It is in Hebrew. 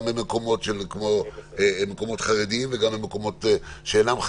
גם במקומות חרדיים וגם במקומות שאינם חרדיים,